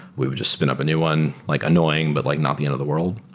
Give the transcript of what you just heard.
we would just spin up a new one, like annoying, but like not the end of the world.